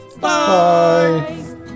Bye